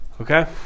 Okay